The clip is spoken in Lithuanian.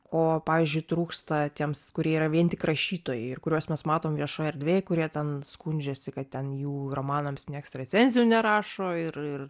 ko pavyzdžiui trūksta tiems kurie yra vien tik rašytojai ir kuriuos mes matom viešoj erdvėj kurie ten skundžiasi kad ten jų romanams nieks recenzijų nerašo ir ir